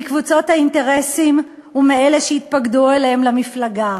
מקבוצות האינטרסים ומאלה שהתפקדו אליהם למפלגה.